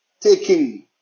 taking